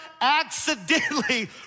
accidentally